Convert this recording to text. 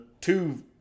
two